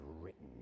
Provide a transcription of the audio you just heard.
written